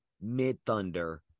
Mid-Thunder